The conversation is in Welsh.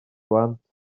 blant